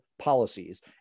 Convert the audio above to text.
policies